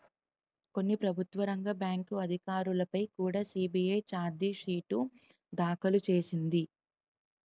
కొన్ని ప్రభుత్వ రంగ బ్యాంకు అధికారులపై కుడా సి.బి.ఐ చార్జి షీటు దాఖలు చేసింది